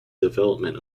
development